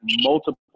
multiple